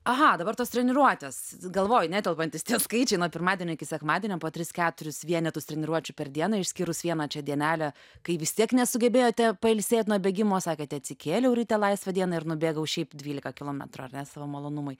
aha dabar tos treniruotės galvoj netelpantys tie skaičiai nuo pirmadienio iki sekmadienio po tris keturis vienetus treniruočių per dieną išskyrus vieną čia dienelę kai vis tiek nesugebėjote pailsėt nuo bėgimo sakėte atsikėliau ryte laisvą dieną ir nubėgau šiaip dvylika kilometrų ar ne savo malonumui